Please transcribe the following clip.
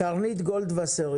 קרנית גולדווסר,